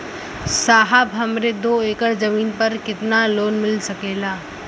साहब हमरे दो एकड़ जमीन पर कितनालोन मिल सकेला?